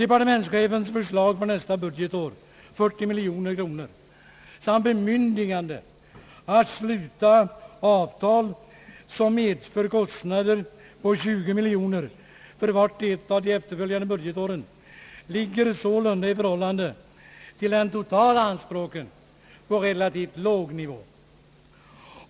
Departementschefens förslag för nästa budgetår, 40 miljoner kronor, samt bemyndigande att sluta avtal som medför kostnader på 20 miljoner kronor för vart och ett av de efterföljande budgetåren, ligger sålunda i förhållande till de totala anspråken på relativt låg nivå.